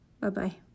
Bye-bye